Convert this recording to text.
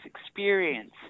experience